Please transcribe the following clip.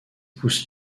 poussent